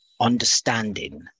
understanding